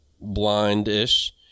blind-ish